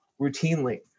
routinely